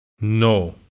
No